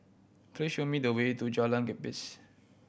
please show me the way to Jalan Gapis